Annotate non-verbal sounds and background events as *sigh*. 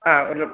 आ *unintelligible*